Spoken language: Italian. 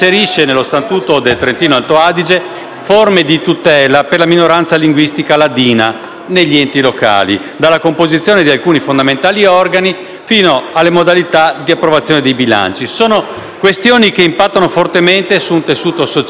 forme di tutela per la minoranza linguistica ladina negli enti locali, dalla composizione di alcuni fondamentali organi fino alle modalità di approvazione dei bilanci. Sono questioni che impattano fortemente su un tessuto sociale ricco e articolato.